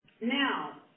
Now